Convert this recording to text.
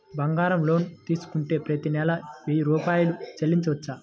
బంగారం లోన్ తీసుకుంటే ప్రతి నెల వెయ్యి రూపాయలు చెల్లించవచ్చా?